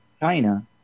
China